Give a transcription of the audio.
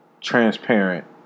transparent